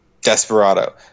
Desperado